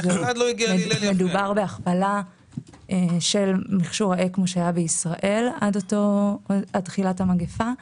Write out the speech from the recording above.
מדובר בהכפלה של מכשור האקמו שהיה בישראל עד תחילת המגפה.